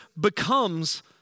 becomes